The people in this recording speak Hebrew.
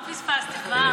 מה פספסתי?